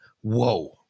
whoa